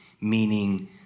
meaning